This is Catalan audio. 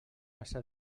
passa